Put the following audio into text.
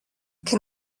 can